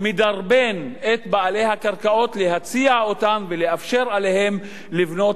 מדרבן את בעלי הקרקעות להציע אותן ולאפשר לבנות